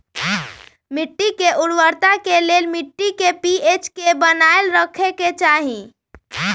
मिट्टी के उर्वरता के लेल मिट्टी के पी.एच के बनाएल रखे के चाहि